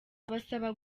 abasaba